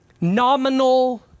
nominal